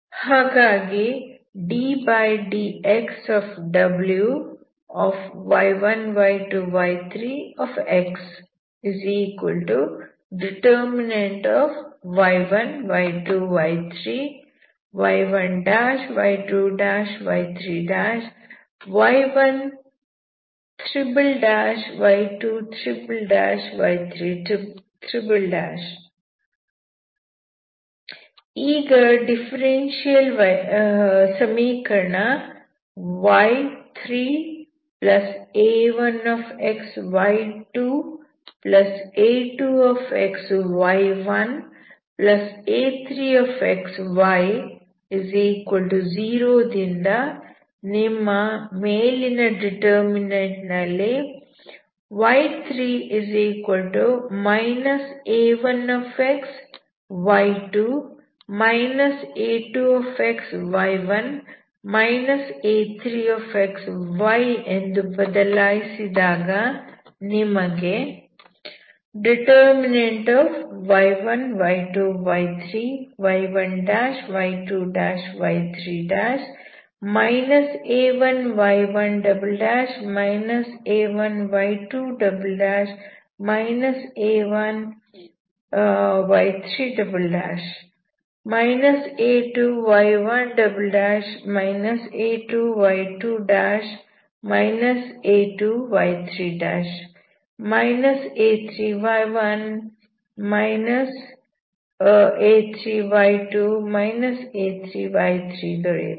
ಹಾಗಾಗಿ ಈಗ ಡಿಫರೆನ್ಷಿಯಲ್ ಸಮೀಕರಣ ya1xy2a2xy1a3xy0 ದಿಂದ ನೀವು ಮೇಲಿನ ಡಿಟರ್ಮಿನಂಟ್ ನಲ್ಲಿ y a1xy2 a2xy1 a3xy ಎಂದು ಬದಲಾಯಿಸಿದಾಗ ನಿಮಗೆ ದೊರೆಯುತ್ತದೆ